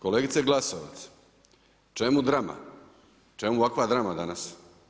Kolegice Glasovac, čemu drama, čemu ovakva drama danas?